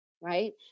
right